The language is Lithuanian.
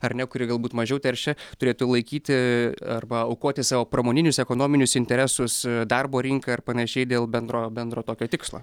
ar ne kuri galbūt mažiau teršia turėtų laikyti arba aukoti savo pramoninius ekonominius interesus darbo rinkai ar panašiai dėl bendro bendro tokio tikslo